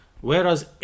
Whereas